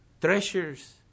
treasures